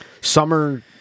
summer